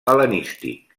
hel·lenístic